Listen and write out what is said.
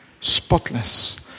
spotless